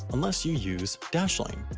unless you use dashlane.